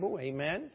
Amen